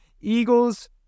Eagles